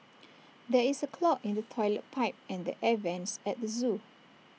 there is A clog in the Toilet Pipe and the air Vents at the Zoo